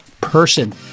person